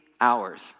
hours